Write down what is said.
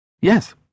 Yes